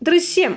ദൃശ്യം